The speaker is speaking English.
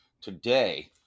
today